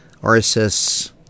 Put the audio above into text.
RSS